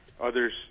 others